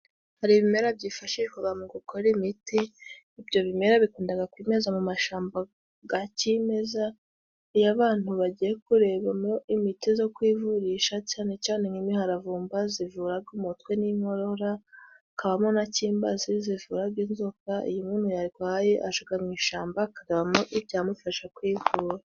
Hari ibimera byifashishwaga mu gukora imiti. Ibyo bimera bikundaga kwimeza mu mashamba ga kimeza, iyo abantu bagiye kurebamo imiti zo kwivurisha cane cane nk'imiharavumba zivuraga umutwe n'inkorora, hakabamo na cyimbazi zivuraga inzoka. Iyo umuntu yarwaye ajaga mu ishamba akarebamo ibyamufasha kwivura.